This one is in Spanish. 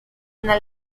una